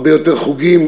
הרבה יותר חוגים,